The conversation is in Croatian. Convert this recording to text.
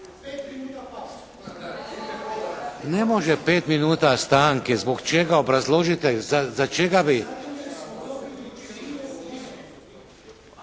predviđeno. Ne može pet minuta stanke. Zbog čega? Obrazložite. Za čega bi?